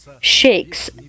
shakes